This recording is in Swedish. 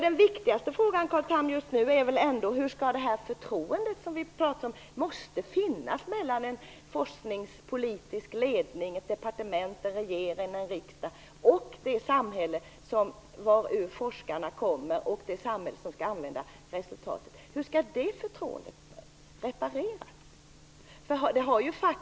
Den viktigaste frågan just nu, Carl Tham, är väl hur det förtroende som vi sade måste finnas mellan en forskningspolitisk ledning - ett departement, en regering, en riksdag - och det samhälle som forskarna kommer ur och som skall använda resultatet skall repareras.